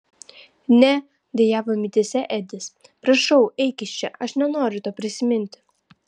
ne dejavo mintyse edis prašau eik iš čia aš nenoriu to prisiminti